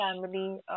family